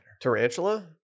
Tarantula